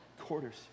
Quarters